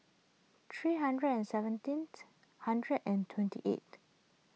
three hundred and seventeen hundred and twenty eight